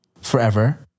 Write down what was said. forever